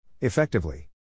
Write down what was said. Effectively